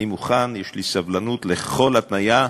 אני מוכן, יש לי סבלנות לכל התניה,